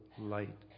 light